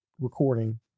recording